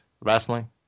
wrestling